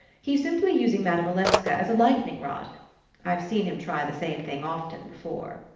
he's simply using madame olenska as a lightning-rod i've seen him try the same thing often before.